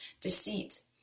deceit